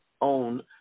own